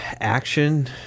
action